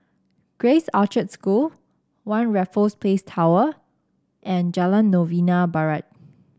Grace Orchard School One Raffles Place Tower and Jalan Novena Barat